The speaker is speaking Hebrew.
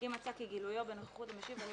אם מצא כי גילויו בנוכחות המשיב עלול